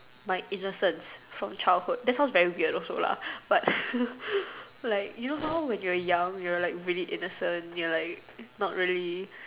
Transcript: my innocence from childhood that sounds very weird also lah but like you know how when you are young you are like really innocent you are like not really